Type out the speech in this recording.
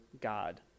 God